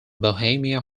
bohemia